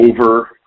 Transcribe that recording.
over